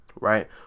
right